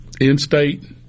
in-state